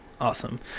awesome